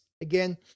Again